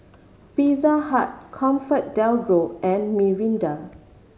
Pizza Hut ComfortDelGro and Mirinda